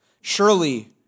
Surely